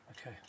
Okay